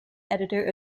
editor